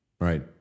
Right